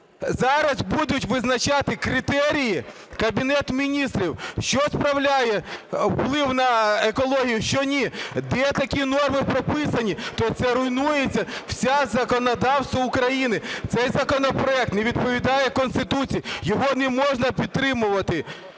зараз будуть визначати критерії Кабінет Міністрів, що справляє вплив на екологію, що ці. Де такі норми прописані? То це руйнується все законодавство України. Цей законопроект не відповідає Конституції, його не можна підтримувати,